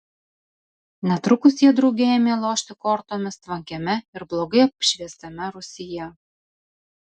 netrukus jie drauge ėmė lošti kortomis tvankiame ir blogai apšviestame rūsyje